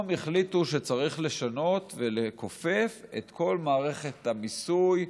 החליטו שצריך לשנות ולכופף את כל מערכת המיסוי,